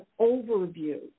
overview